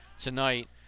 tonight